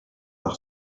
par